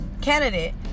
candidate